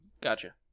Gotcha